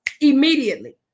Immediately